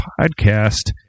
podcast